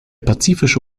pazifische